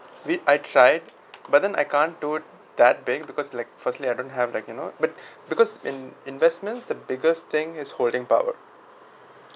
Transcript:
I mean I tried but then I can't do that being because like firstly I don't have that you know but because in investments the biggest thing is holding power